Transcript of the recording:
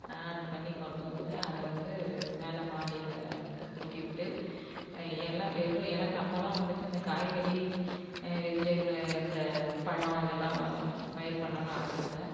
order பண்ணி கொண்டு வந்து அதை வந்து மேலே மாடியில் கொட்டி விட்டு எல்லாம் வெறும் எனக்கு அப்போவெலாம் வந்துட்டு இந்த காய்கறி வெஜிடபுளு இந்த பழம் இதெல்லாம் பயிர் பண்ணணும்ன்னு ஆசை இல்லை